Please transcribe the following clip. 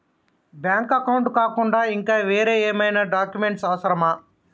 Bank account కాకుండా ఇంకా వేరే ఏమైనా డాక్యుమెంట్స్ అవసరమా?